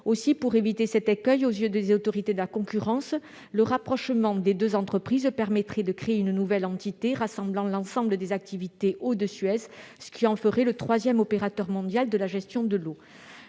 Aussi, pour éviter cet écueil aux yeux des autorités de la concurrence, le rapprochement des deux entreprises permettrait de créer une nouvelle entité rassemblant l'ensemble des activités « eau » de Suez, ce qui en ferait le troisième opérateur mondial de la gestion de l'eau.